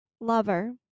Lover